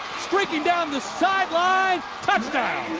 streaking down the sideline, touchdown!